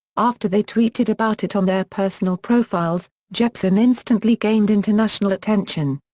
after they tweeted about it on their personal profiles, jepsen instantly gained international attention.